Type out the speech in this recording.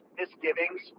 misgivings